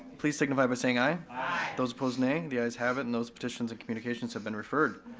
please signify by saying aye. aye. those opposed nay, the ayes have it, and those petitions and communications have been referred.